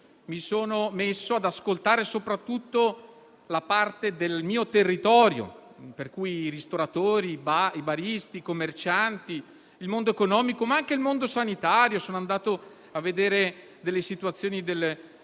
mi sono messo ad ascoltare soprattutto una parte del mio territorio: i ristoratori, i baristi, i commercianti, il mondo economico, ma anche il mondo sanitario. Sono andato a vedere le diverse situazioni del nostro